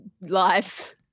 lives